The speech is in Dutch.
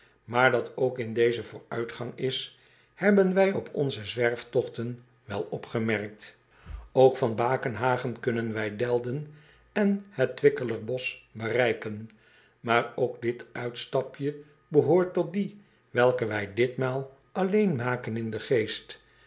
aar dat toch ook in dezen vooruitgang is hebben wij op onze zwerftogten wel opgemerkt ok van akenhagen kunnen wij elden en het wickeler bosch bereiken aar ook dit uitstapje behoort tot die welke wij ditmaal alleen maken in den geest